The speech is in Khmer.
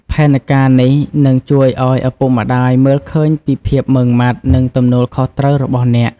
ផែនការនេះនឹងជួយឲ្យឪពុកម្ដាយមើលឃើញពីភាពម៉ឺងម៉ាត់ និងទំនួលខុសត្រូវរបស់អ្នក។